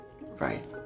Right